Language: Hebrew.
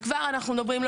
וכבר אנחנו מדברים ואומרים,